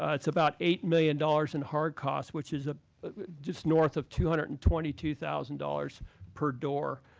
ah it's about eight million dollars in hard costs, which is ah just north of two hundred and twenty two thousand dollars per door.